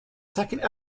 second